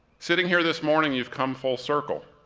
sitting here this morning, you've come full circle.